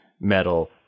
metal